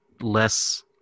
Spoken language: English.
less